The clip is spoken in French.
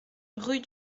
rue